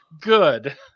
good